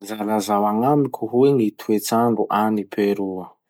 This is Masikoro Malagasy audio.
Mba lazalazao agnamiko hoe gny toetsandro agny Peroa?